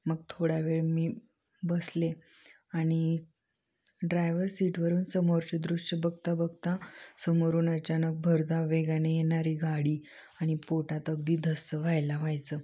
मग थोडा वेळ मी बसले आणि ड्रायवर सीटवरून समोरच दृश्य बघता बगता समोरून अचानक भरधाव वेगाने येणारी गाडी आणि पोटात अगदी धस्स व्हायला व्हायचं